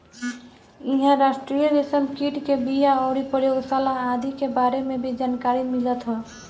इहां राष्ट्रीय रेशम कीट के बिया अउरी प्रयोगशाला आदि के बारे में भी जानकारी मिलत ह